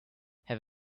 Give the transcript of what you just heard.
have